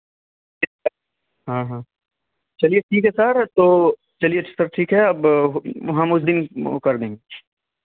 हाँ हाँ चलिए ठीक है सर तो चलिए सब ठीक है अब हम उस दिन वह कर देंगे